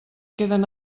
queden